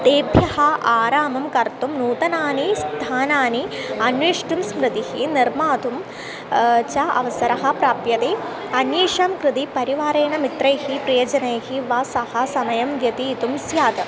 तेभ्यः आरामं कर्तुं नूतनानि स्थानानि अन्वेष्टुं स्मृतिः निर्मातुं च अवसरः प्राप्यते अन्येषां कृते परिवारेण मित्रैः प्रियजनैः वा सह समयं व्यतीतुं स्यात्